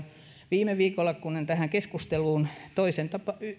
viime viikolla tähän keskusteluun toisen